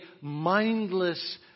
mindless